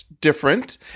different